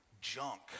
junk